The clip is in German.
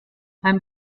beim